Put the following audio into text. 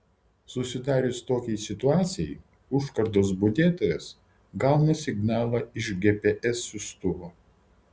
susidarius tokiai situacijai užkardos budėtojas gauna signalą iš gps siųstuvo